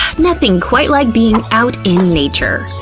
nothing quite like being out in nature!